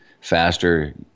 faster